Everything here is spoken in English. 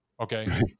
Okay